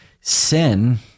sin